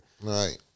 Right